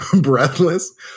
breathless